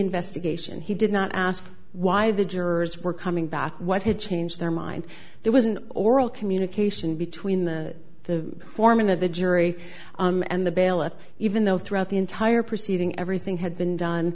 investigation he did not ask why the jurors were coming back what had changed their mind there was an oral communication between the the foreman of the jury and the bailiff even though throughout the entire proceeding everything had been